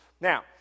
Now